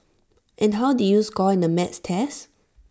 and how did you score in the maths test